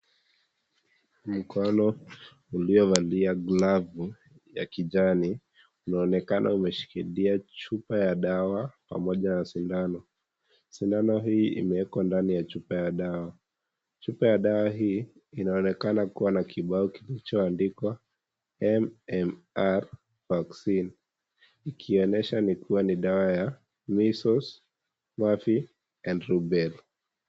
Mikono uliovalia glavu ya kijani, unaonekana umeshikilia chupa ya dawa pamoja na sindano. Sindano hii imewekwa ndani ya chupa ya dawa. Chupa ya dawa hii, inaonekana kuwa na kibao kilichoandikwa MMR Vaccine, ikionyesha ni kuwa ni dawa ya measles, mumps and rubella .